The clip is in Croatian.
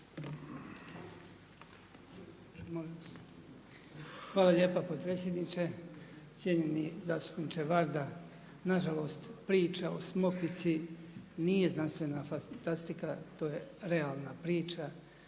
Hvala lijepa potpredsjedniče. Cijenjeni zastupniče Varda, nažalost priče o Smokvici nije znanstvena fantastika, to je realna priča,